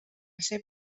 ser